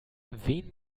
wen